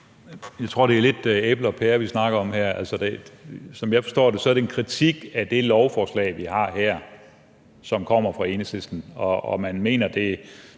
Jeg tror, det er lidt æbler og pærer, vi snakker om her. Altså, som jeg forstår det, er det en kritik af det lovforslag, vi har her, som kommer fra Enhedslisten, og som man mener